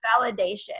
validation